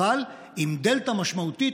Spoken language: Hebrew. אבל עם דלתא משמעותית,